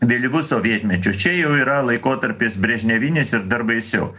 vėlyvu sovietmečiu čia jau yra laikotarpis brežnevinis ir dar baisiau